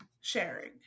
sharing